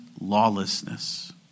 lawlessness